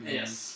yes